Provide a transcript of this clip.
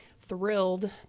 thrilled